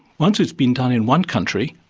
once it has been done in one country,